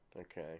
Okay